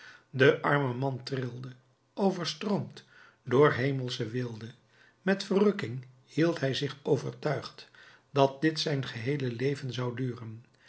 de arme man trilde overstroomd door hemelsche weelde met verrukking hield hij zich overtuigd dat dit zijn geheele leven zou duren